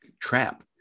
trap